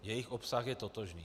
Jejich obsah je totožný.